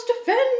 defend